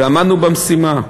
ועמדנו במשימה.